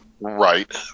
Right